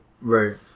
Right